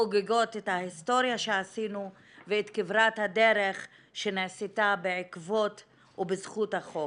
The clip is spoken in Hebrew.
חוגגות את ההיסטוריה שעשינו ואת כברת הדרך שנעשתה בעקבות ובזכות החוק.